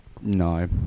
No